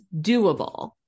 doable